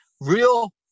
real